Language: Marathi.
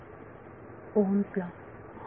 विद्यार्थी ओहमस् लॉOhm's law